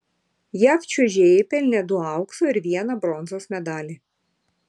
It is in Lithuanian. jav čiuožėjai pelnė du aukso ir vieną bronzos medalį